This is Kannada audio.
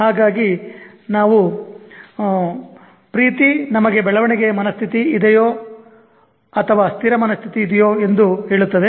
ಹಾಗಾಗಿ ನಾವು ಪ್ರೀತಿ ನಮಗೆ ಬೆಳವಣಿಗೆಯ ಮನಸ್ಥಿತಿ ಇದೆಯೋ ಅಥವಾ ಸ್ಥಿರ ಮನಸ್ಥಿತಿ ಇದೆಯೋ ಎಂದು ಹೇಳುತ್ತದೆ